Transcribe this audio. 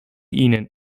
ihnen